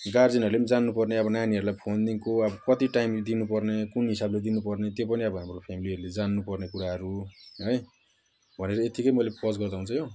गार्जेनहरूले पनि जान्नपर्ने अब नानीहरूलाई फोन दिएको अब कति टाइम दिनुपर्ने कुन हिसाबले दिनुपर्ने त्यो पनि अब हाम्रो फ्यामिलीहरूले जान्नुपर्ने कुराहरू है भनेर यतिकै मैले पज गर्दा हुन्छ यो